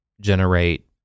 generate